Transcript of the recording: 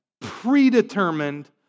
predetermined